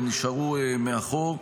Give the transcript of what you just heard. נשארו מאחור,